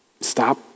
stop